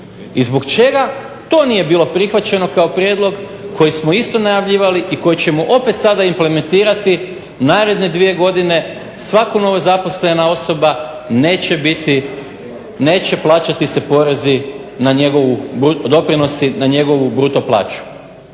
I zbog čega to nije bilo prihvaćeno kao prijedlog koji smo isto najavljivali i koji ćemo sada opet implementirati naredne dvije godine, savka novozaposlana osoba neće se plaćati doprinosi na njegovu bruto plaću.